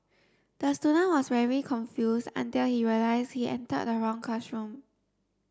the student was very confused until he realised he entered the wrong classroom